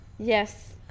Yes